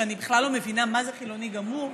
שאני בכלל לא מבינה מה זה חילוני גמור,